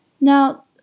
Now